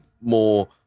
more